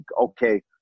okay